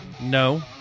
No